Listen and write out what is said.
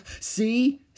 See